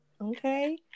Okay